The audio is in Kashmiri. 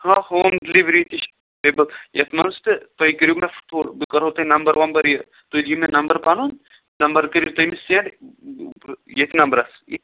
ہاں ہوم ڈِلِؤری تہِ چھِ ایٚویلیبُل یَتھ منٛز تہٕ تُہۍ کٔرِو مےٚ فون بہٕ کَرہو تۄہہِ نمبر وَمبَر یہِ تُہۍ دِیِو مےٚ نمبر پَنُن نمبر کٔرِو تٔمِس سٮ۪نٛڈ ییٚتھۍ نمبرَس